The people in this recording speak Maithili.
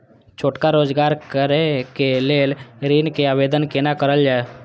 छोटका रोजगार करैक लेल ऋण के आवेदन केना करल जाय?